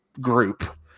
group